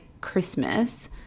Christmas